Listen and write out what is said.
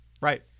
Right